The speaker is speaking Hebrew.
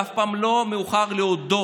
אף פעם לא מאוחר להודות.